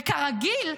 וכרגיל,